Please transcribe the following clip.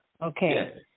Okay